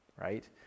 right